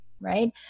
right